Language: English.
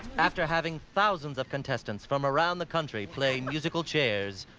after having thousands of contestants from around the country play musical chairs,